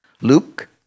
Luke